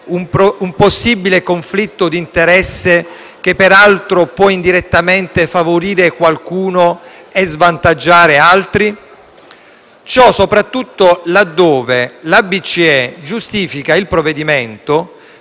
un possibile conflitto di interesse, che peraltro può indirettamente favorire qualcuno e svantaggiare altri? Ciò soprattutto laddove la BCE giustifica il provvedimento